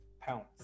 pounce